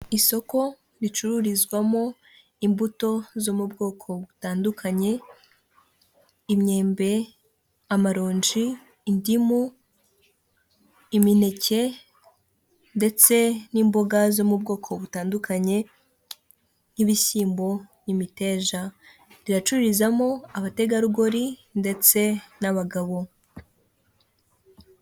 Isoko ricururizwamo imbuto zo mu bwoko butandukanye; imyembe, amaronji, indimu, imineke ndetse n'imboga zo mu bwoko butandukanye nk'ibishyimbo, imiteja. Riracururizamo abategarugori ndetse n'abagabo.